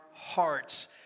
hearts